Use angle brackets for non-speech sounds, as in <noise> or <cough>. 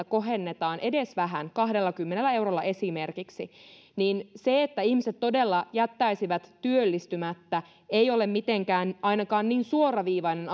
<unintelligible> kohennetaan edes vähän kahdellakymmenellä eurolla esimerkiksi niin se että ihmiset todella jättäisivät työllistymättä ei ole mitenkään ainakaan niin suoraviivainen <unintelligible>